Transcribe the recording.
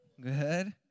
Good